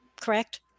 correct